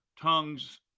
tongues